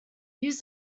use